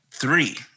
Three